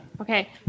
Okay